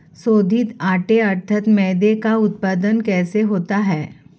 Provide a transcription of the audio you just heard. शोधित आटे अर्थात मैदे का उत्पादन कैसे होता है?